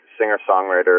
singer-songwriter